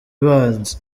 banzi